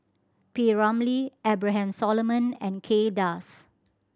P Ramlee Abraham Solomon and Kay Das